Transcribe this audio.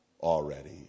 already